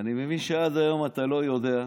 ואני מבין שעד היום אתה לא יודע,